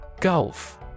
Gulf